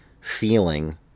feeling